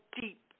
deep